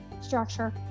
structure